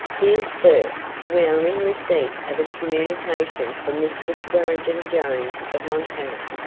dear sir we are in receipt of a communication from mr. swearengen jones of montana,